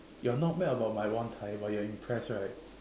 you're not mad about my one tai but you're impressed right